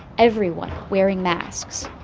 everyone wearing masks.